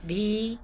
B